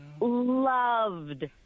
Loved